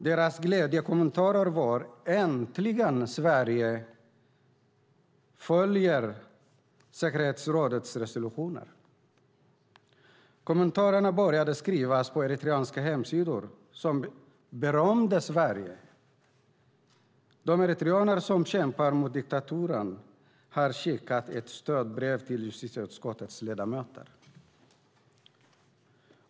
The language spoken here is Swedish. Deras glädjekommentar var: Äntligen följer Sverige säkerhetsrådets resolutioner! Kommentarerna började skrivas på eritreanska hemsidor som berömde Sverige. De eritreaner som kämpar mot diktaturen har skickat ett stödbrev till justitieutskottets ledamöter.